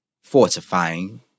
fortifying